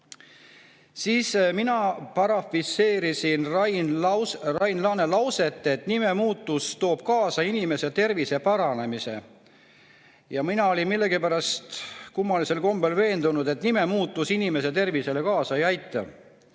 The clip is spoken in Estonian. Siis mina [parafraseerisin] Rain Laane lauset, et nime muutus toob kaasa inimese tervise paranemise. Mina olen millegipärast kummalisel kombel veendunud, et nime muutus inimese tervisele kaasa ei